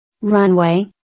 Runway